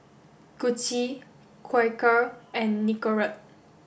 Gucci Quaker and Nicorette